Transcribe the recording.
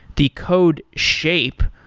the code shape,